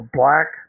black